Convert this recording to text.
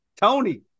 Tony